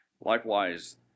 Likewise